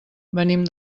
venim